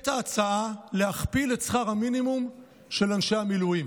את ההצעה להכפיל את שכר המינימום של אנשי המילואים